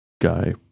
guy